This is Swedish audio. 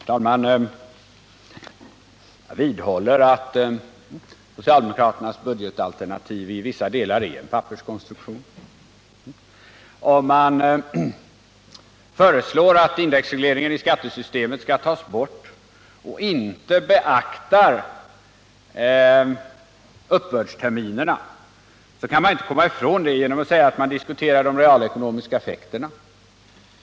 Herr talman! Jag vidhåller att socialdemokraternas budgetalternativ i vissa delar är en papperskonstruktion. Om man föreslår att indexregleringen i skattesystemet skall tas bort och inte beaktar uppbördsterminerna, kan man inte komma ifrån detta genom att säga att man diskuterar de realekonomiska effekterna.